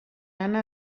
lana